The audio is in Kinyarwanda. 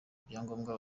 ibyangombwa